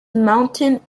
mountain